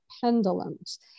pendulums